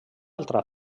altra